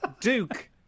duke